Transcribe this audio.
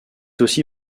aussi